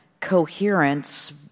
coherence